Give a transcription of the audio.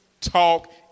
talk